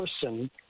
person